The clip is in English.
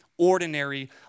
ordinary